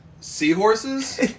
Seahorses